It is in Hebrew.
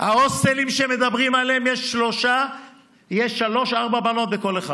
בהוסטלים שמדברים עליהם יש שלוש-ארבע בנות בכל אחד.